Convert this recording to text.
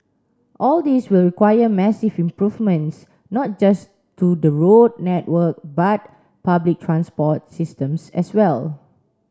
all this will require massive improvements not just to the road network but public transport systems as well